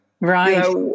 Right